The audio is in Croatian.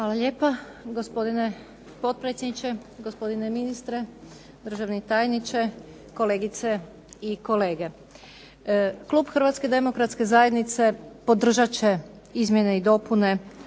Hvala lijepo gospodine potpredsjedniče, gospodine ministre, državni tajniče, kolegice i kolege. Klub Hrvatske demokratske zajednice podržat će promjene ova